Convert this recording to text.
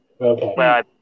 Okay